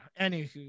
anywho